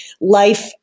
life